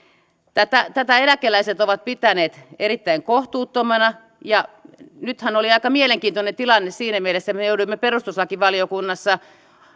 tätä tätä eläkeläiset ovat pitäneet erittäin kohtuuttomana nythän oli aika mielenkiintoinen tilanne siinä mielessä että me jouduimme perustuslakivaliokunnassa